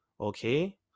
Okay